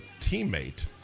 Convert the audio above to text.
teammate